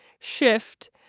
shift